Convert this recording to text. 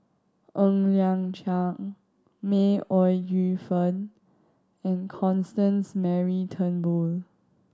Ng Liang Chiang May Ooi Yu Fen and Constance Mary Turnbull